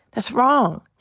that's wrong.